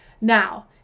Now